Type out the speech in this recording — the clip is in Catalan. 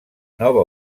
nova